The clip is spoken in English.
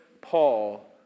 Paul